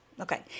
okay